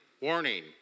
Warning